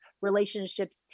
relationships